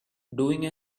doing